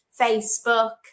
Facebook